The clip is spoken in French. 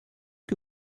que